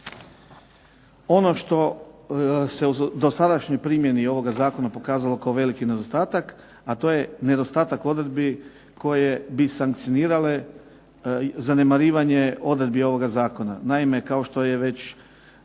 Ono što se u dosadašnjoj primjeni ovog Zakona pokazalo kao veliki nedostatak, a to je nedostatak odredbi koje bi sankcionirale zanemarivanje odredbi ovoga zakona.